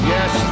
Yes